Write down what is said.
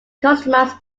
customize